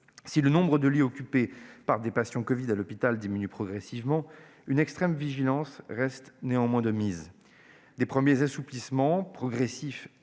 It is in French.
Si le nombre de lits occupés par des patients atteints de la covid-19 diminue progressivement, une extrême vigilance reste néanmoins de mise. De premiers assouplissements progressifs